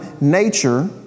nature